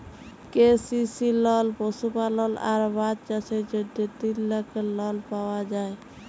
KCC লল পশুপালল আর মাছ চাষের জ্যনহে তিল লাখের লল পাউয়া যায়